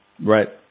Right